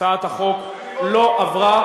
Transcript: הצעת החוק לא עברה.